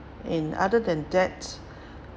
and other than that